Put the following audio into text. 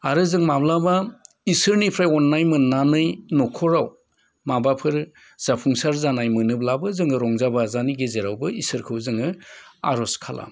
आरो जों माब्लाबा इसोरनिफ्राय अननाय मोननानै नखराव माबाफोर जाफुंसार जानाय मोनोब्लाबो जोङो रंजा बाजानि गेजेरावबो इसोरखौ जोङो आर'ज खालामो